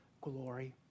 glory